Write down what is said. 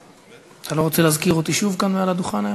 הנקלה, בעיניהם,